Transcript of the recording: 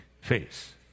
face